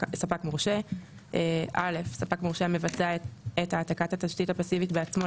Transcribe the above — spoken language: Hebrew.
מורשה 20. (א) ספק מורשה המבצע את העתקת התשתית הפסיבית בעצמו,